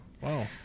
wow